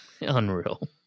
Unreal